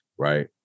right